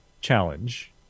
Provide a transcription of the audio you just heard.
challenge